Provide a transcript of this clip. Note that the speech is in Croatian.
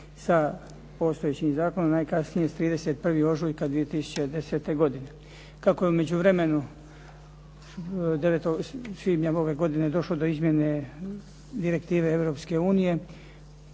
sa postojećim zakonom najkasnije s 31. ožujka 2010. godine. Kako je u međuvremenu 9. svibnja ove godine došlo do izmjene direktive